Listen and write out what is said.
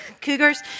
Cougars